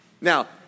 Now